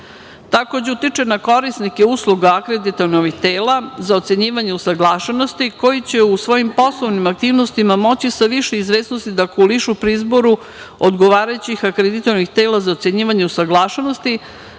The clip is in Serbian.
propisa. Takođe, utiče na korisnike usluga akreditivnih tela za ocenjivanje usaglašenosti koji će u svojim poslovnim aktivnostima moći sa više izvesnosti da … pri izboru odgovarajućih akreditovanih tela za ocenjivanje usaglašenosti